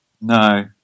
No